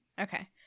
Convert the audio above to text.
Okay